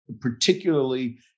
particularly